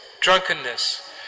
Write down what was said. drunkenness